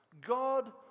God